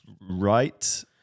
right